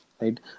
right